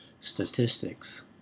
statistics